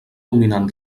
dominant